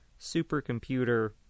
supercomputer